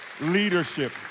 leadership